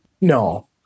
No